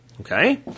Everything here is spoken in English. okay